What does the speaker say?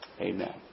Amen